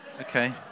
Okay